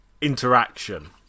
interaction